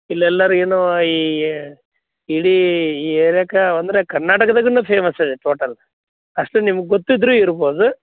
ಇಲ್ಲಿ ಎಲ್ಲರ್ಗೆ ಏನು ಈ ಇಡೀ ಈ ಏರ್ಯಕ್ಕೆ ಅಂದರೆ ಕರ್ನಾಟಕದಾಗನೇ ಫೇಮಸ್ ಇದೆ ಟೋಟಲ್ ಅಷ್ಟು ನಿಮಗೆ ಗೊತ್ತಿದ್ದರೂ ಇರ್ಬೋದು